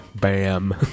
Bam